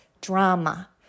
drama